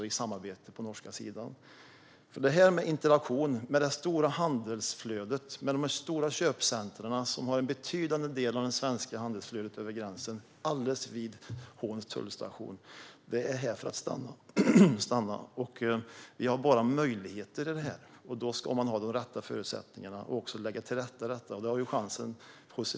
Interaktionen med de stora köpcentrumen alldeles vid Håns tullstation, som tar en betydande del av det svenska handelsflödet över gränsen, är här för att stanna. Det finns bara möjligheter, och då ska de rätta förutsättningarna finnas.